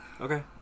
Okay